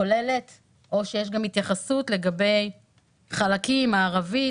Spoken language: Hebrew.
כוללת או שיש גם התייחסות לגבי חלקים הערבית,